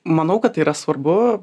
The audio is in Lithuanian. manau kad tai yra svarbu